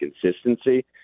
consistency